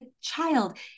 child